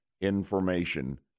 information